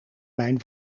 mijn